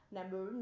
Number